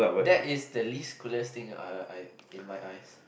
that is the least coolest thing I I I in my eyes